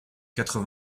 quatre